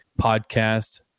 Podcast